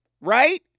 right